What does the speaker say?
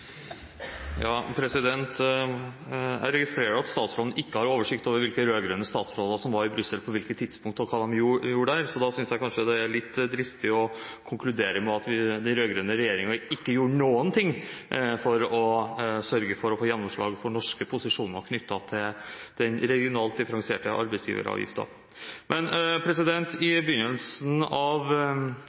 Jeg registrerer at statsråden ikke har oversikt over hvilke rød-grønne statsråder som var i Brussel på hvilket tidspunkt, og hva de gjorde der, så da synes jeg kanskje det er litt dristig å konkludere med at den rød-grønne regjeringen ikke gjorde noen ting for å sørge for å få gjennomslag for norske posisjoner knyttet til den regionalt differensierte arbeidsgiveravgiften. I begynnelsen av